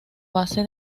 base